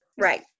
Right